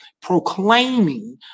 proclaiming